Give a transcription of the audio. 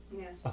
Yes